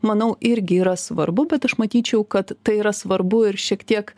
manau irgi yra svarbu bet aš matyčiau kad tai yra svarbu ir šiek tiek